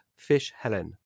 fishhelen